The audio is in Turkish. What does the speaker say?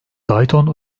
dayton